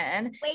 wait